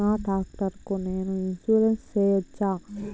నా టాక్టర్ కు నేను ఇన్సూరెన్సు సేయొచ్చా?